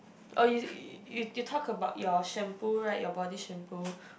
or you you you talked about your shampoo right your body shampoo